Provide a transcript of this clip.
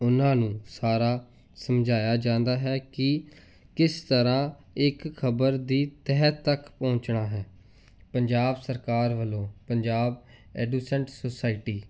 ਉਹਨਾਂ ਨੂੰ ਸਾਰਾ ਸਮਝਾਇਆ ਜਾਂਦਾ ਹੈ ਕਿ ਕਿਸ ਤਰ੍ਹਾਂ ਇੱਕ ਖ਼ਬਰ ਦੀ ਤਹਿ ਤੱਕ ਪਹੁੰਚਣਾ ਹੈ ਪੰਜਾਬ ਸਰਕਾਰ ਵੱਲੋਂ ਪੰਜਾਬ ਐਡੂਸੈਂਟ ਸੋਸਾਇਟੀ